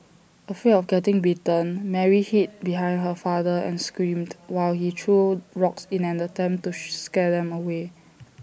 afraid of getting bitten Mary hid behind her father and screamed while he threw rocks in an attempt to scare them away